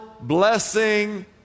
blessing